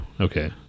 Okay